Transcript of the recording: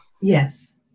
Yes